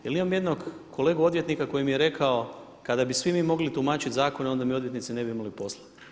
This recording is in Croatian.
Jer imam jednog kolegu odvjetnika koji mi je rekao kada bi svi mi mogli tumačiti zakone onda mi odvjetnici ne bi imali posla.